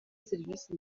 serivisi